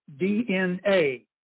DNA